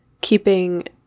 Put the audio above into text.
keeping